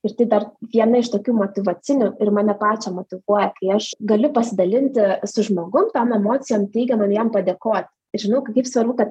ir tai dar viena iš tokių motyvacinių ir mane pačią motyvuoja kai aš galiu pasidalinti su žmogum tom emocijom teigiamom jam padėkot ir žinau kaip svarbu kad